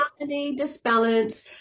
disbalance